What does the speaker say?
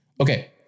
Okay